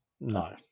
no